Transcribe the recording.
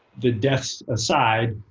the deaths aside,